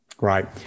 Right